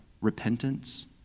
repentance